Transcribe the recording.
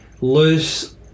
loose